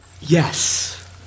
yes